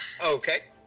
Okay